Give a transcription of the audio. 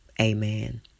Amen